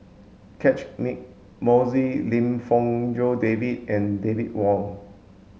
Catchick Moses Lim Fong Jock David and David Wong